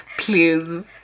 Please